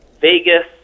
Vegas